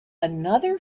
another